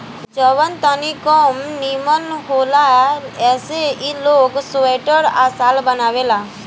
जवन तनी कम निमन होला ऐसे ई लोग स्वेटर आ शाल बनावेला